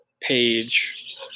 page